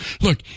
look